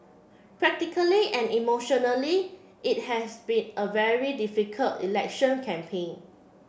practically and emotionally it has been a very difficult election campaign